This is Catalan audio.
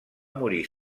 morir